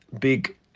big